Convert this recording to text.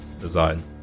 design